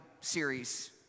series